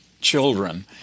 children